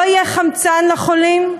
לא יהיה חמצן לחולים?